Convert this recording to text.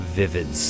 vivid